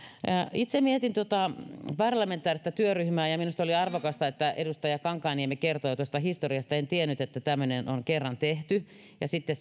itse mietin tuota parlamentaarista työryhmää ja ja minusta oli arvokasta että edustaja kankaanniemi kertoi tuosta historiasta en tiennyt että tämmöinen on kerran tehty ja sitten